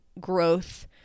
growth